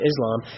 Islam